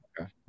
Okay